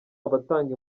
abatanga